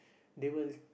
they will